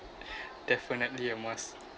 definitely a must